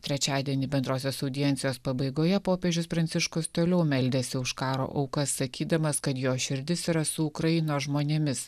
trečiadienį bendrosios audiencijos pabaigoje popiežius pranciškus toliau meldėsi už karo aukas sakydamas kad jo širdis yra su ukrainos žmonėmis